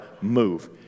move